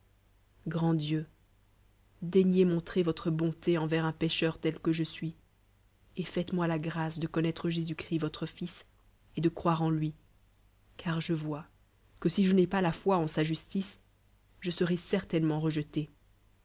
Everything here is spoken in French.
grand dieu daignez montrer votre bonlé envers un pécheur tel que je suis et faites-moi la grâce de connoitre jésus-christ votre fils et de croire en lui car je vois que si je n'ai pas fa foi en sa justice je serai certainement rejeté